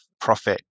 profit